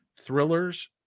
thrillers